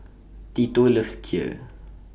Tito loves Kheer